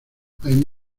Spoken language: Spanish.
hay